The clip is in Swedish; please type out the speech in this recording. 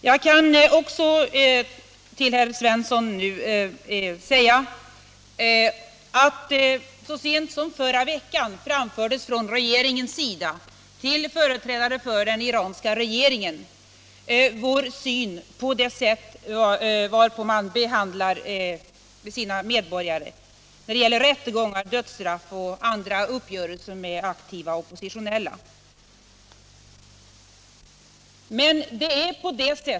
Jag kan också till herr Svensson nu säga att så sent som i förra veckan framfördes från regeringens sida till företrädare för den iranska regeringen vår syn på det sätt varpå den behandlar sina medborgare när det gäller rättegångar, dödsstraff och andra uppgörelser med aktiva oppositionella.